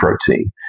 protein